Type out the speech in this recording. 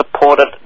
supported